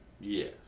Yes